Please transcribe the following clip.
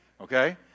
Okay